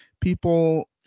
people